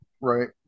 right